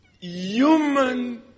human